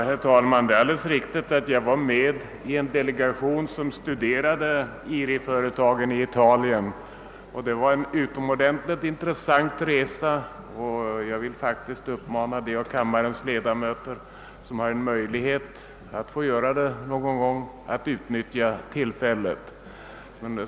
Herr talman! Det är alldeles riktigt att jag var med i en delegation som studerade IRI-företagen i Italien. Det var en utomordentligt intressant resa, och jag vill uppmana dem av kammarens ledamöter som har möjlighet att få göra en sådan resa någon gång att utnyttja tillfället.